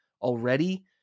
already